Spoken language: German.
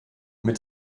mit